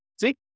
See